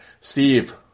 Steve